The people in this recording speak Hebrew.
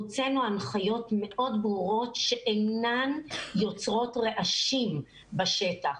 הוצאנו הנחיות מאוד ברורות שאינן יוצרות רעשים בשטח.